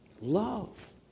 Love